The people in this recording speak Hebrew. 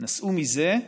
"נסעו מזה"